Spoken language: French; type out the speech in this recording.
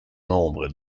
nombre